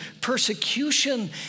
persecution